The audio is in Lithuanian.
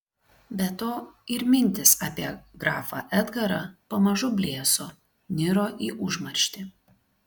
be to ir mintys apie grafą edgarą pamažu blėso niro į užmarštį